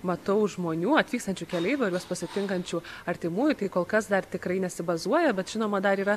matau žmonių atvykstančių keleivių ir juos pasitinkančių artimųjų tai kol kas dar tikrai nesibazuoja bet žinoma dar yra